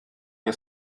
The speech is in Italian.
che